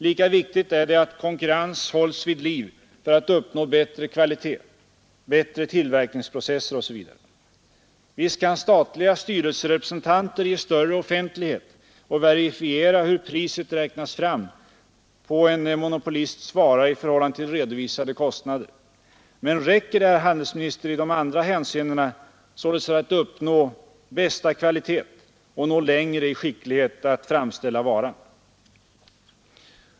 Lika viktigt är det att konkurrens hålls vid liv för att uppnå bättre kvalitet, bättre tillverkningsprocesser osv. Visst kan statliga styrelserepresentanter ge större offentlighet och verifiera hur priset räknats fram på en monopolists vara i förhållande till redovisade kostnader. Men räcker det, herr handelsminister, i de andra hänseendena — således för att uppnå bästa kvalitet och nå längre i skicklighet att framställa varan?